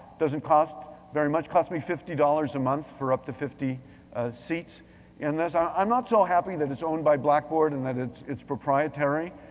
doesn't cost very much, it cost me fifty dollars a month for up to fifty seats in this. i'm not so happy that it's owned by blackboard and that it's it's proprietary.